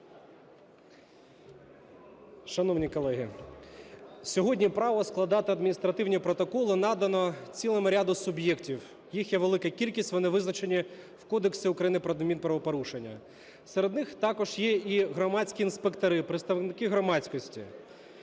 Шановні колеги, сьогодні право складати адміністративні протоколи надано цілому ряду суб'єктів, їх є велика кількість, вони визначені в Кодексі України про адмінправопорушення. Серед них також є і громадські інспектори, представники громадськості.